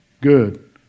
good